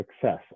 success